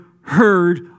heard